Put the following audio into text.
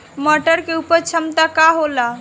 मटर के उपज क्षमता का होला?